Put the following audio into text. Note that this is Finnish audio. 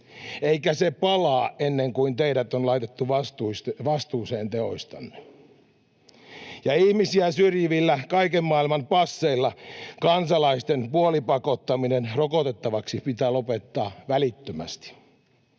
eikä se palaa ennen kuin teidät on laitettu vastuuseen teoistanne. Ihmisiä syrjivillä kaiken maailman passeilla kansalaisten puolipakottaminen rokotettavaksi pitää lopettaa välittömästi.